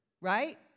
Right